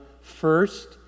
first